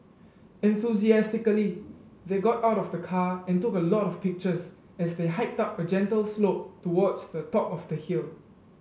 enthusiastically they got out of the car and took a lot of pictures as they hiked up a gentle slope towards the top of the hill